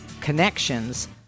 connections